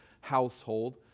household